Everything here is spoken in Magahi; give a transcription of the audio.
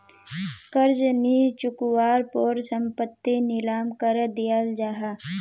कर्ज नि चुक्वार पोर संपत्ति नीलाम करे दियाल जाहा